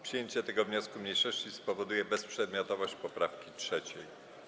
Przyjęcie tego wniosku mniejszości spowoduje bezprzedmiotowość poprawki 3.